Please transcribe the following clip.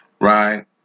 right